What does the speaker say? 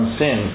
sin